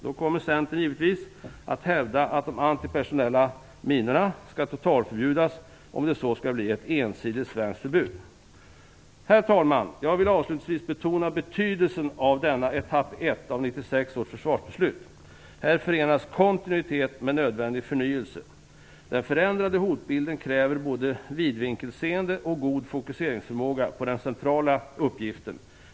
Då kommer Centern givetvis att hävda att de antipersonella minorna skall totalförbjudas, om det så skall bli ett ensidigt svenskt förbud. Herr talman! Jag vill avslutningsvis betona betydelsen av denna etapp 1 av 1996 års försvarsbeslut. Här förenas kontinuitet med nödvändig förnyelse. Den förändrade hotbilden kräver både vidvinkelseende och god fokuseringsförmåga på den centrala uppgiften.